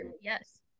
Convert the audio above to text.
yes